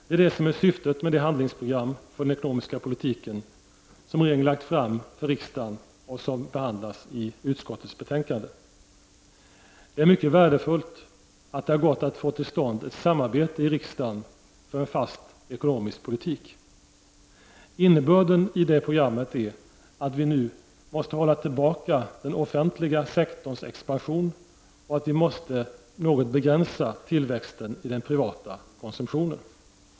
Det är det som är syftet med det handlingsprogram för den ekonomiska politiken som regeringen lagt fram för riksdagen och som behandlas i utskottets betänkande. Det är mycket värdefullt att det har gått att få till stånd ett samarbete i riksdagen för en fast ekonomisk politik. Innebörden i det programmet är att vi nu måste hålla tillbaka den offentliga sektorns expansion och att vi också måste något begränsa tillväxten i den privata konsumtionen.